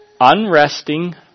Unresting